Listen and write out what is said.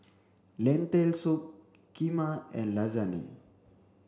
lentil soup Kheema and Lasagne